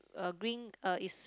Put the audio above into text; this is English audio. a green uh is